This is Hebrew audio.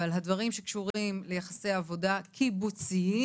אבל הדברים שקשורים ליחסי עבודה קיבוציים